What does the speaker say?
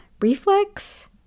reflex